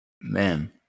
Man